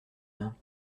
mains